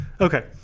okay